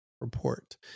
report